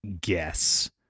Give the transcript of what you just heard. guess